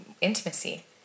intimacy